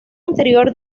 anterior